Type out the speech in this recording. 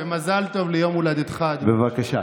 מזל טוב ליום הולדתך, אדוני.